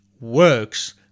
works